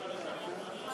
מוותרת.